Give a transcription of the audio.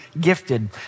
gifted